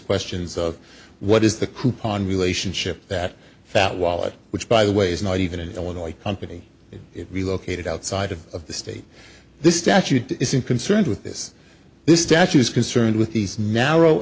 questions of what is the coupon relationship that fat wallet which by the way is not even in the illinois company relocated outside of the state this statute isn't concerned with this this statute is concerned with these narrow